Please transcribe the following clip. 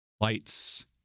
Lights